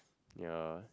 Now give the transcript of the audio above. ya